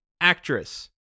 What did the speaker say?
Actress